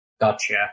Gotcha